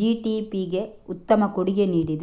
ಜಿ.ಡಿ.ಪಿಗೆ ಉತ್ತಮ ಕೊಡುಗೆ ನೀಡಿದೆ